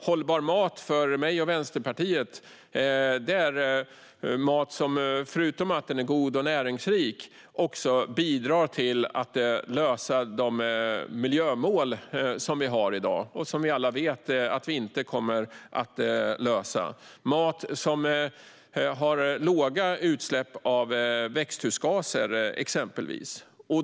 Hållbar mat är för mig och Vänsterpartiet mat som förutom att den är god och näringsrik också bidrar till att nå de miljömål vi har i dag, som vi alla vet att vi inte kommer att nå. Det rör sig exempelvis om mat som ger upphov till låga utsläpp av växthusgaser.